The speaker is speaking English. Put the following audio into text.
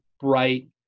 bright